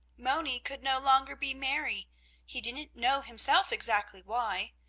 moni could no longer be merry he didn't know himself exactly why.